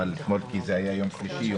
כי זה היה יום שלישי,